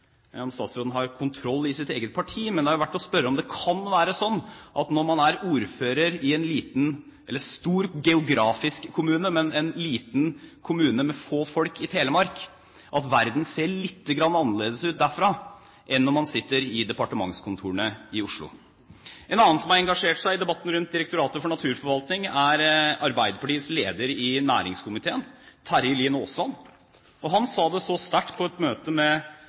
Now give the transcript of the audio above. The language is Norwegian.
har kontroll i sitt eget parti – om det kan være sånn at når man er ordfører i en geografisk stor kommune, men en kommune med få folk, i Telemark, ser verden lite grann annerledes ut derfra enn om man sitter i departementskontorene i Oslo. En annen som har engasjert seg i debatten rundt Direktoratet for naturforvaltning, er Arbeiderpartiets leder i næringskomiteen, Terje Aasland. Han sa det så sterkt på et møte med